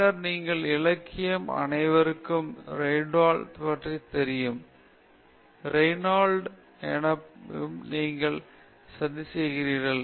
பின்னர் இலக்கியம் அனைவருக்கும் ரேய்னால்ட் எண் தெரியும் ரேய்னால்ட் எண்ணை நீங்கள் சதி செய்கிறீர்கள்